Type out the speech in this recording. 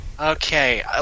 Okay